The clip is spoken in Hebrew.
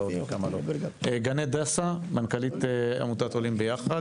גנט דסה, מנכ"לית עמותת "עולים ביחד".